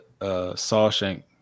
Sawshank